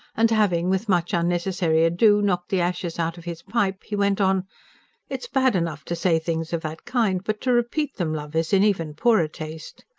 and having with much unnecessary ado knocked the ashes out of his pipe, he went on it's bad enough to say things of that kind but to repeat them, love, is in even poorer taste.